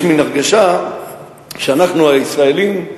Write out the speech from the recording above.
ויש מין הרגשה שאנחנו, הישראלים,